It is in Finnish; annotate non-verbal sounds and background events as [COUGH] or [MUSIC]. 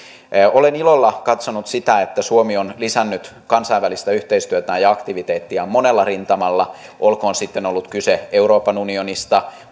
olen ilolla katsonut sitä että suomi on lisännyt kansainvälistä yhteistyötään ja aktiviteettiaan monella rintamalla olkoon sitten ollut kyse euroopan unionista [UNINTELLIGIBLE]